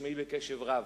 תודה רבה.